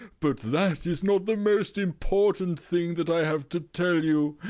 but that is not the most important thing that i have to tell you.